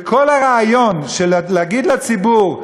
וכל הרעיון של להגיד לציבור: